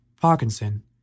Parkinson